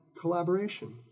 collaboration